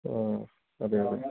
ആ അതെ അതെ